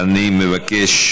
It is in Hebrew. אני מבקש